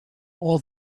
all